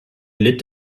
litt